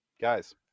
Guys